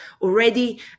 already